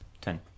Ten